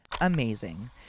amazing